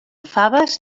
faves